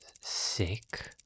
sick